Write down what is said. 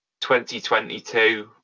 2022